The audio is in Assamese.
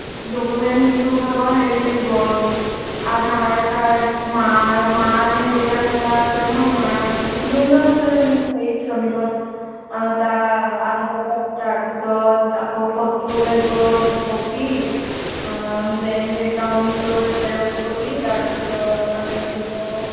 ডকুমেণ্টচ তোৰ ভাগৰ হেৰি লাগিব আধাৰ কাৰ্ড মাৰ মা নে দেউতা কোনোবা আছে নহয় মা যোনজন আছে যেনিবা এই শ্ৰমিকত তাৰ আধাৰ কাৰ্ড তাৰপিছত আকৌ ফটো লাগিব দুকপি বেংক একাউণ্টৰ জেৰক্স কপি আৰু তাৰপিছত আৰু লাগিব